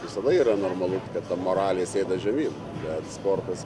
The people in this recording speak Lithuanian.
visada yra normalu kad ta moralė sėda žemyn bet sportas